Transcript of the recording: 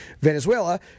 Venezuela